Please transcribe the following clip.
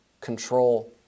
control